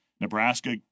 Nebraska